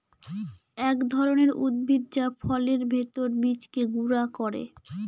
এক ধরনের উদ্ভিদ যা ফলের ভেতর বীজকে গুঁড়া করে